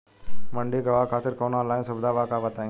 मंडी के भाव खातिर कवनो ऑनलाइन सुविधा बा का बताई?